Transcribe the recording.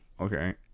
Okay